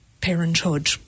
parenthood